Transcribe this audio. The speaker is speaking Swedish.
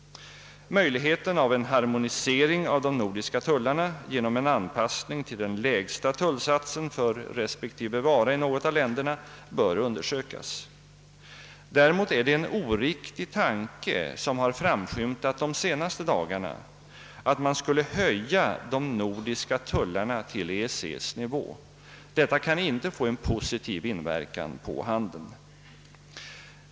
Möjligheten av en harmonisering av de nordiska tullarna genom en anpassning till den lägsta tullsatsen för respektive vara i något av länderna bör undersökas. Däremot är det en orimlig tanke som de senaste dagarna framskymtat, att man skulle höja de nordiska tullarna till EEC:s nivå. Detta kan inte få en positiv inverkan på handeln.